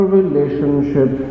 relationship